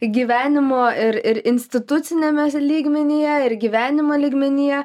gyvenimo ir ir instituciniame lygmenyje ir gyvenimo lygmenyje